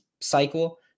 cycle